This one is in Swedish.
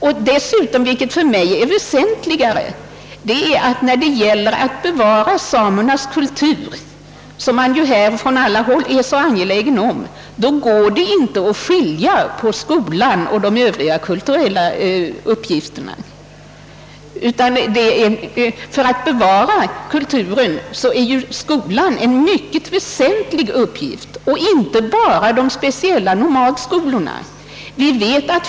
När det gäller att bevara samernas kultur — vilket för mig är en väsentligare fråga och vilket man också här från alla håll visat sig så angelägen om — så går det inte att skilja skolans uppgifter från de övriga kulturella uppgifterna. För att bevara kulturen är skolan mycket väsentlig, och detta gäller inte bara de speciella nomadskolorna.